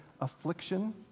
affliction